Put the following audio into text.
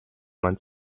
man